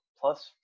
plus